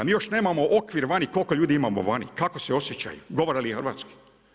Mi još nemamo okvir vani koliko ljudi imamo vani, kako se osjećaju, govore li hrvatski.